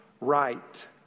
right